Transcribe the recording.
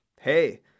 hey